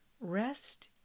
rest